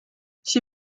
she